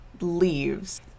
leaves